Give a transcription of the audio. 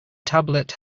tablet